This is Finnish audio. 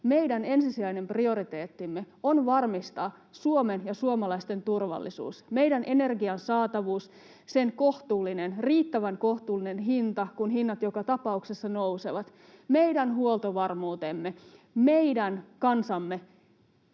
meidän ensisijainen prioriteettimme on varmistaa Suomen ja suomalaisten turvallisuus, meidän energian saatavuus ja sen riittävän kohtuullinen hinta, kun hinnat joka tapauksessa nousevat, meidän huoltovarmuutemme ja meidän kansamme